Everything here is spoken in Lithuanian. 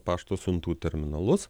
pašto siuntų terminalus